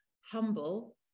humble